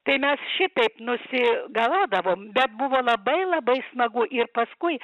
tai mes šitaip nusigaluodavom bet buvo labai labai smagu ir paskui